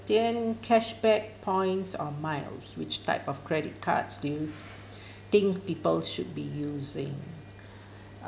cashback points or miles which type of credit cards do you think people should be using